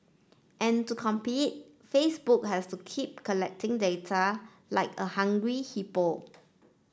and to compete Facebook has to keep collecting data like a hungry hippo